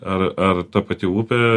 ar ar ta pati upė